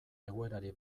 egoerari